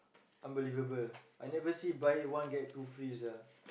unbelievable I never see buy one get two free sia